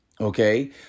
Okay